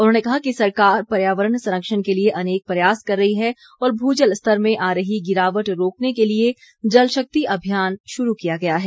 उन्होंने कहा कि सरकार पर्यावरण संरक्षण के लिए अनेक प्रयास कर रही है और भूजल स्तर में आ रही गिरावट रोकने के लिए जल शक्ति अभियान शुरू किया गया है